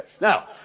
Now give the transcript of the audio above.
Now